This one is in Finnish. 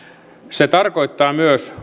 se tarkoittaa myös